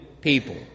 people